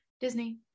Disney